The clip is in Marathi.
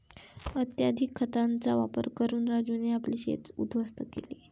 अत्यधिक खतांचा वापर करून राजूने आपले शेत उध्वस्त केले